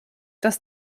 dass